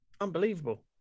Unbelievable